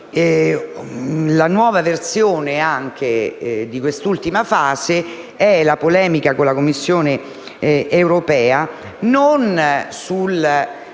La nuova versione di quest'ultima fase è la polemica con la Commissione europea, ma non su